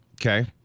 Okay